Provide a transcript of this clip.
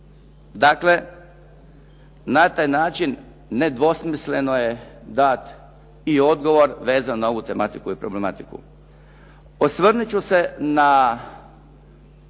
Dakle, na taj način nedvosmisleno je dat i odgovor vezan na ovu tematiku i problematiku. Osvrnut ću se na